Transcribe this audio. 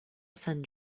sant